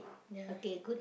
ya